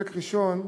חלק ראשון,